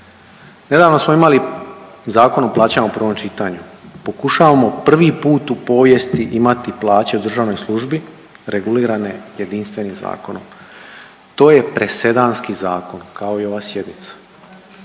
Nedavno smo imali Zakon o plaćama u prvom čitanju, pokušavamo prvi puta u povijesti imati plaće u državnoj službi regulirane jedinstvenim zakonom, to je presedanski zakon kao i ova sjednica.